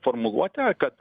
formuluotę kad